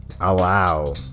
Allow